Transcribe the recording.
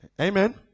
amen